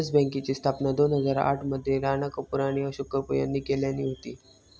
yes बँकेची स्थापना दोन हजार आठ मध्ये राणा कपूर आणि अशोक कपूर यांनी केल्यानी होती